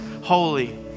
holy